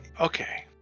okay